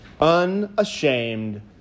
Unashamed